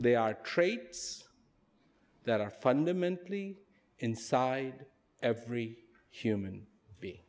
they are traits that are fundamentally inside every human being